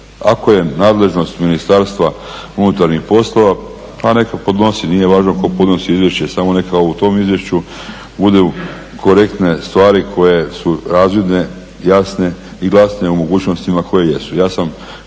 Ako je nadležnost Ministarstva unutarnjih poslova, pa nek ju podnosi, nije važno ko podnosi izvješće samo neka u tom izvješću budu korektne stvari koje su razvidne, jasne i glasne u mogućnostima koje jesu.